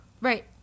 Right